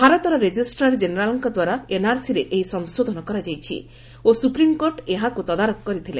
ଭାରତର ରେଜିଷ୍ଟ୍ରାର କ୍ଜେନେରାଲଙ୍କ ଦ୍ୱାରା ଏନ୍ଆର୍ସିରେ ଏହି ସଂଶୋଧନ କରାଯାଇଛି ଓ ସୁପ୍ରିମକୋର୍ଟ ଏହାକୁ ତଦାରଖ କରିଥିଲେ